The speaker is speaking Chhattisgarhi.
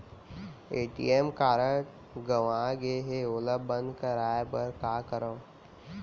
ए.टी.एम कारड गंवा गे है ओला बंद कराये बर का करंव?